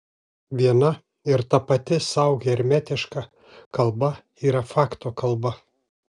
viena ir tapati sau hermetiška kalba yra fakto kalba